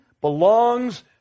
belongs